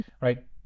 right